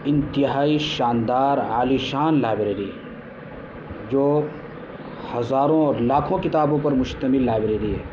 انتہائی شاندار عالی شان لائبریری جو ہزاروں اور لاکھوں کتابوں پر مشتمل لائبریری ہے